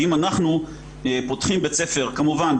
ואם אנחנו פותחים בית ספר כמובן,